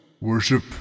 worship